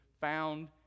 found